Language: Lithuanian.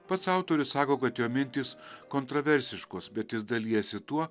pats autorius sako kad jo mintys kontroversiškos bet jis dalijasi tuo